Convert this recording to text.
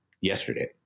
yesterday